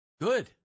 Good